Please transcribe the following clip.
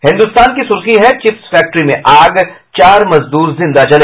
हिन्दुस्तान की सुर्खी है चिप्स फैक्ट्री में आग चार मजदूर जिंदा जले